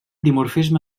dimorfisme